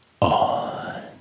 on